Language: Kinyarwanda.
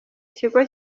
ikigo